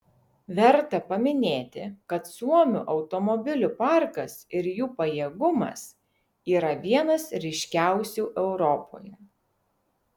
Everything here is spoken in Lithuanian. verta paminėti kad suomių automobilių parkas ir jų pajėgumas yra vienas ryškiausių europoje